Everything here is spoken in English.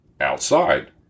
outside